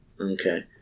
Okay